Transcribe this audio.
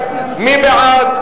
מי בעד?